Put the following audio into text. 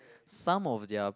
some of their